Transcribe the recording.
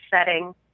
setting